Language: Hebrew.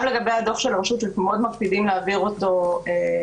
גם לגבי הדוח של הרשות אנחנו מאוד מקפידים להעביר אותו כסדרו.